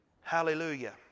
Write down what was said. Hallelujah